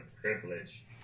privilege